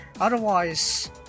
otherwise